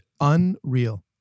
unreal